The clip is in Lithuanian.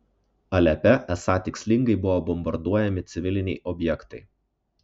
alepe esą tikslingai buvo bombarduojami civiliniai objektai